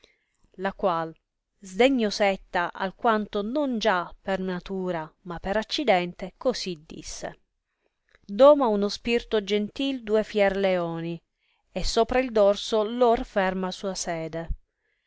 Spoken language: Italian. la qual sdegnosetta alquanto non già per natura ma per accidente così disse doma un spirto gentil due fier leoni e sopra il dorso lor ferma sua sede